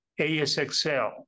ASXL